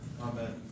Amen